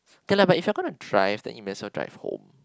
okay lah if you're gonna drive then might as well drive home